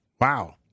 Wow